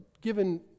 given